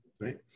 right